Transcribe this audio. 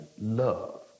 love